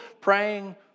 praying